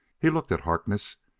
he looked at harkness,